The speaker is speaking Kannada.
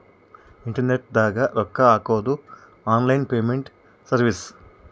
ಇಂಟರ್ನೆಟ್ ದಾಗ ರೊಕ್ಕ ಹಾಕೊದು ಆನ್ಲೈನ್ ಪೇಮೆಂಟ್ ಸರ್ವಿಸ್